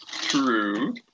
True